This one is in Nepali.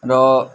र